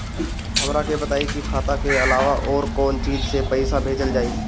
हमरा के बताई की खाता के अलावा और कौन चीज से पइसा भेजल जाई?